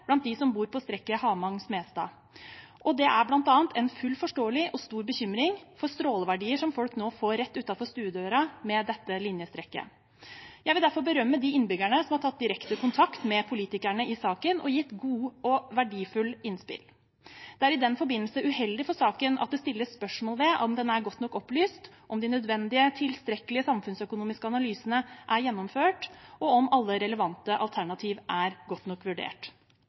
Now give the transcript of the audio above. blant dem som bor på strekket Hamang–Smestad, og det er bl.a. en fullt forståelig og stor bekymring for stråleverdier som folk nå får rett utenfor stuedøra med dette linjestrekket. Jeg vil derfor berømme de innbyggerne som har tatt direkte kontakt med politikerne i saken og gitt gode og verdifulle innspill. Det er i den forbindelse uheldig for saken at det stilles spørsmål ved om den er godt nok opplyst, om de nødvendige, tilstrekkelige samfunnsøkonomiske analysene er gjennomført, og om alle relevante alternativer er godt nok vurdert.